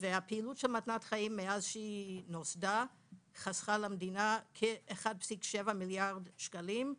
הפעילות של מתנת חיים מאז שהיא נוסדה חסכה למדינה כ-1.7 מיליארד שקלים,